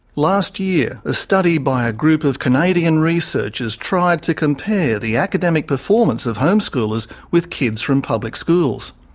last year, a study by a group of canadian researchers tried to compare the academic performance of homeschoolers with kids from public schools.